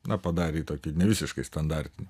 na padarė jį tokį nevisiškai standartinį